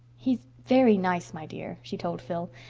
he's very nice, my dear, she told phil,